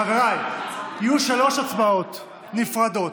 חבריי, יהיו שלוש הצבעות נפרדות,